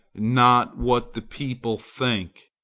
not what the people think.